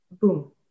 boom